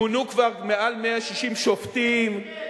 מונו כבר מעל 160 שופטים, בשקט כן,